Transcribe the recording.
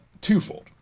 twofold